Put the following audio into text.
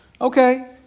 Okay